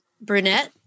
Brunette